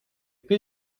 peu